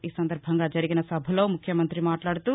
ఈ సందర్బంగా జరిగిన సభలో ముఖ్యమంత్రి మాట్లాదుతూ